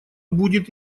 будет